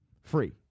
Free